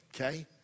okay